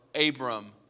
Abram